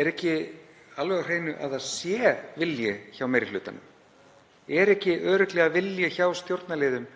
Er ekki alveg á hreinu að það sé vilji hjá meiri hlutanum? Er ekki örugglega vilji hjá stjórnarliðum